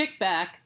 kickback